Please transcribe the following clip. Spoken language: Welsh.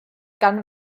gan